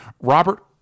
Robert